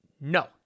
no